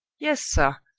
yes, sir,